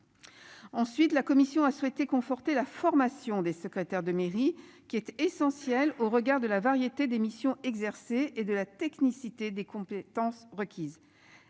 Ensuite, la commission a souhaité conforter la formation des secrétaires de mairie qui est essentielle au regard de la variété des missions exercées et de la technicité des compétences requises.